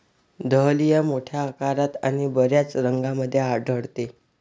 dahlia मोठ्या आकारात आणि बर्याच रंगांमध्ये आढळते